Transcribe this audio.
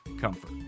comfort